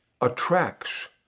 attracts